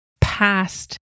past